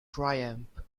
triumph